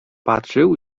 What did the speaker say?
patrzył